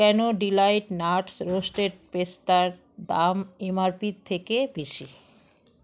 কেনো Delight Nuts roasted পেস্তার দাম এমআরপির থেকে বেশি